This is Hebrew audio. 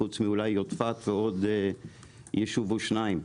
חוץ מאולי יודפת ועוד יישוב או שניים.